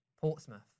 Portsmouth